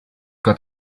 got